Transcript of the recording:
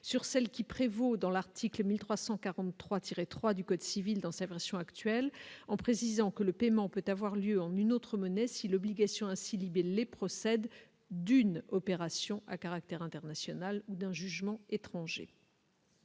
sur celle qui prévaut dans l'article 1343 3 du code civil, dans sa version actuelle, en précisant que le paiement peut avoir lieu en une autre monnaie si l'obligation ainsi libellé procède d'une opération à caractère international d'un jugement étrangers.